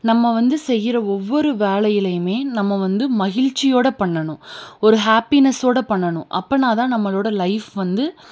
நம்ம வந்து செய்கிற ஒவ்வொரு வேலையிலேயுமே நம்ம வந்து மகிழ்ச்சியோடு பண்ணணும் ஒரு ஹாப்பினஸோடு பண்ணணும் அப்படினாதான் நம்மளோட லைஃப் வந்து